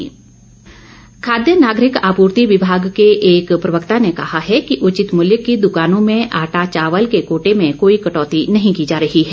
ration quota खाद्य नागरिक आपूर्ति विभाग के एक प्रवक्ता ने कहा है कि उचित मूल्य की दुकानों में आटा चावल के कोटे में कोई कटौती नहीं की जा रही है